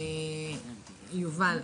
יובל,